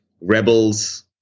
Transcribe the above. rebels